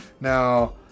now